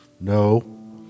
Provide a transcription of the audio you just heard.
no